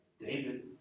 David